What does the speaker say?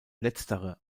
letztere